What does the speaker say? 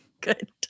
Good